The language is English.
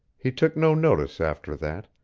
he took no notice after that,